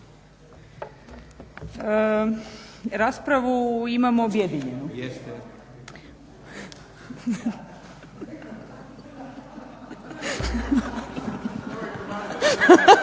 Raspravu imamo objedinjenu.